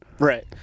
Right